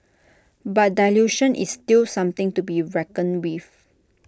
but dilution is still something to be reckoned with